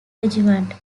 regiment